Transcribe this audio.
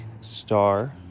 star